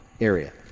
area